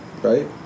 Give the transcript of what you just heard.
Right